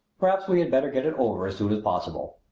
perhaps we had better get it over as soon as possible.